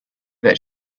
that